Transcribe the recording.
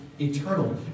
Eternal